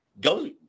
Go